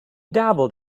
dabbled